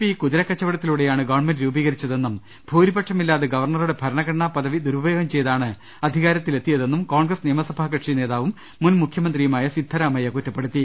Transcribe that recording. P കുതിരക്കച്ചവടത്തിലൂടെയാണ് government രൂപീകരിച്ചതെന്നും ഭൂരിപക്ഷമില്ലാതെ ഗവർണറുടെ ഭരണഘ ടനാ പദവി ദുരുപയോഗം ചെയ്താണ് അധികാരത്തിലെത്തി യതെന്നും കോൺഗ്രസ് നിയമസഭാകക്ഷി നേതാവും മുൻ മുഖ്യമന്ത്രിയുമായ സിദ്ധരാമയ്യ കുറ്റപ്പെടുത്തി